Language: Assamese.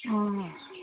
অঁ